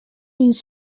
dins